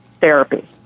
Therapy